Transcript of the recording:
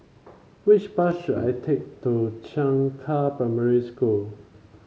which bus should I take to Changka Primary School